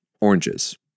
oranges